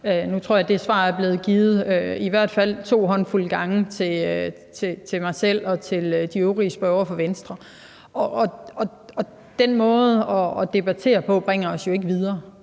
tror jeg, det svar nu er blevet givet i hvert fald to håndfulde gange til mig selv og til de øvrige spørgere fra Venstre, og den måde at debattere på bringer os jo ikke videre.